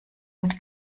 mit